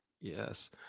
Yes